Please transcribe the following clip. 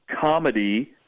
comedy